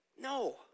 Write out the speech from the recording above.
No